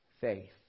faith